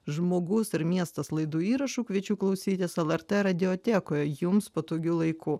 žmogus ir miestas laidų įrašų kviečiu klausytis lrt radiotekoje jums patogiu laiku